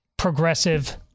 progressive